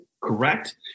correct